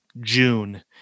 June